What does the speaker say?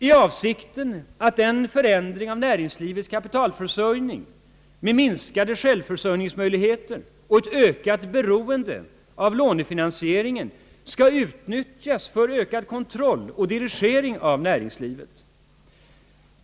Är avsikten att den förändring av näringslivets kapitalförsörjning — med minskade självförsörjningsmöjligheter och ett ökat beroende av lånefinansieringen — skall utnyttjas till ökad kontroll och dirigering av näringslivet?